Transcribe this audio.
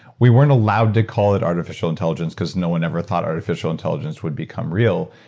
we weren't allowed to call it artificial intelligence because no one ever thought artificial intelligence would become real,